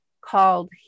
called